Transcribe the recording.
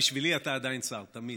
בשבילי אתה עדין שר, תמיד.